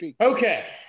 Okay